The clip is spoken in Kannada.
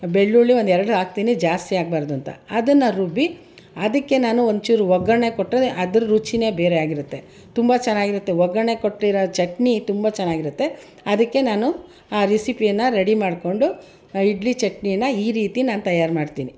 ಬೆಳ್ಳುಳ್ಳಿ ಒಂದೆರಡು ಹಾಕ್ತೀನಿ ಜಾಸ್ತಿ ಹಾಕ್ಬಾರ್ದು ಅಂತ ಅದನ್ನು ರುಬ್ಬಿ ಅದಕ್ಕೆ ನಾನು ಒಂಚೂರು ಒಗ್ಗರಣೆ ಕೊಟ್ಟು ಅದ್ರ ರುಚಿಯೇ ಬೇರೆಯಾಗಿರುತ್ತೆ ತುಂಬ ಚೆನ್ನಾಗಿರುತ್ತೆ ಒಗ್ಗರಣೆ ಕೊಟ್ಟಿರೋ ಚಟ್ನಿ ತುಂಬ ಚೆನ್ನಾಗಿರುತ್ತೆ ಅದಕ್ಕೆ ನಾನು ಆ ರೆಸಿಪಿಯನ್ನು ರೆಡಿ ಮಾಡಿಕೊಂಡು ಇಡ್ಲಿ ಚಟ್ನಿನ ಈ ರೀತಿ ನಾನು ತಯಾರು ಮಾಡ್ತೀನಿ